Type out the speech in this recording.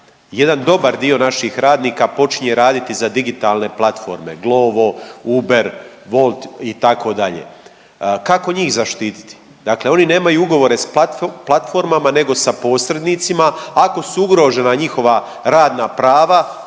jedan dobar dio naših radnika počinje raditi za digitalne platforme, Glovo, Uber, Wolt, itd. Kako njih zaštititi? Dakle oni nemaju ugovore s platformama nego sa posrednicima. Ako su ugrožena njihova radna prava,